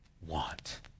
want